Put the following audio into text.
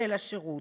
של השירות,